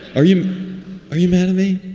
are you are you mad at me?